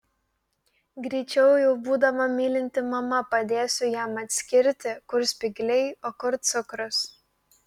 greičiau jau būdama mylinti mama padėsiu jam atskirti kur spygliai o kur cukrus